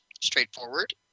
Straightforward